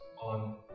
on